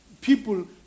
People